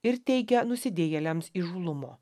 ir teikia nusidėjėliams įžūlumo